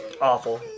awful